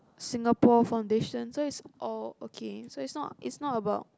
Singapore foundation so it's all okay so it's not it's not about